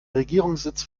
regierungssitz